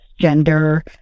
gender